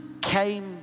came